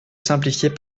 simplifiez